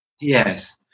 yes